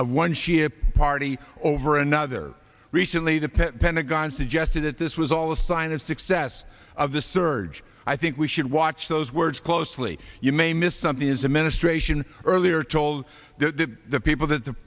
of one shia party over another recently the pentagon suggested that this was all a sign of success of the surge i think we should watch those words closely you may miss something is a ministration earlier told the people that the